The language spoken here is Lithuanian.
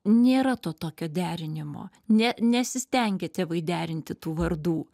nėra to tokio derinimo ne nesistengia tėvai derinti tų vardų